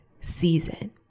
season